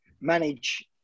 manage